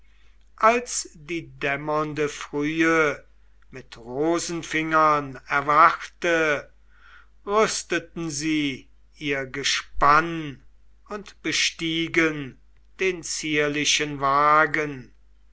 als die dämmernde frühe mit rosenfingern erwachte rüsteten sie ihr gespann und bestiegen den prächtigen wagen